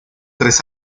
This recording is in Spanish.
tres